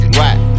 right